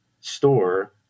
store